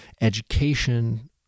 education